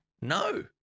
No